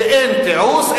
שאין תיעוש,